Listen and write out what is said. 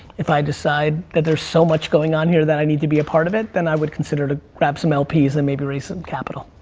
if i decide that there's so much going on here that i need to be a part of it, then i would consider to grab some lps, and maybe raise some capital.